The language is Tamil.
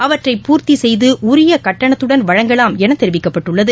அவற்றை பூர்த்திசெய்தஉரியகட்டணத்துடன் வழங்கலாம் எனதெரிவிக்கப்பட்டுள்ளது